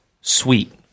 sweet